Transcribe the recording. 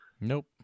Nope